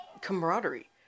camaraderie